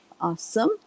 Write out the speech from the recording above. Awesome